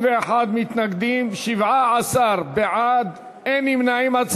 41 מתנגדים, 17 בעד, אין נמנעים.